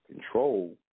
control